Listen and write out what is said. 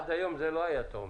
עד היום זה לא היה, אתה אומר?